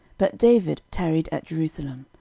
but david tarried at jerusalem.